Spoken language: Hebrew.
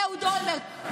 אהוד אולמרט,